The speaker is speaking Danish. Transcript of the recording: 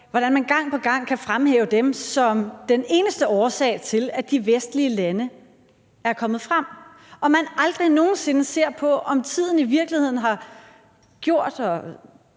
og konventioner, kan fremhæve dem som den eneste årsag til, at de vestlige lande er kommet frem, og aldrig nogen sinde ser på, om tiden i virkeligheden har gjort,